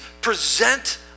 present